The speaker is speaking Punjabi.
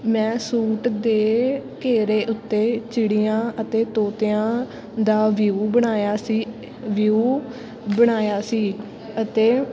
ਮੈਂ ਸੂਟ ਦੇ ਘੇਰੇ ਉੱਤੇ ਚਿੜੀਆਂ ਅਤੇ ਤੋਤਿਆਂ ਦਾ ਵਿਊ ਬਣਾਇਆ ਸੀ ਵਿਊ ਬਣਾਇਆ ਸੀ ਅਤੇ